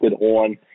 on